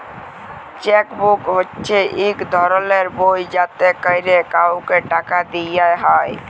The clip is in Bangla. চ্যাক বুক হছে ইক ধরলের বই যাতে ক্যরে কাউকে টাকা দিয়া হ্যয়